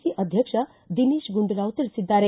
C ಅಧ್ಯಕ್ಷ ದಿನೇಶ್ ಗುಂಡೂರಾವ್ ತಿಳಿಸಿದ್ದಾರೆ